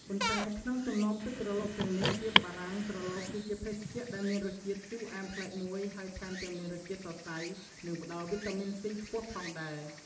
ប៉ុន្តែក្នុងចំណោមទឹកក្រឡុកទាំងនេះ ទៀបបារាំងក្រឡុកគឺជាភេសជ្ជៈដែលមានរសជាតិជូរអែមប្លែកមួយ ហើយថែមទាំងមានជាតិសរសៃ និងផ្តល់វីតាមីន C ខ្ពស់ផងដែរ។